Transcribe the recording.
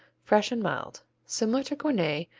fresh and mild. similar to gournay,